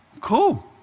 cool